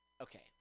okay